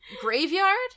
graveyard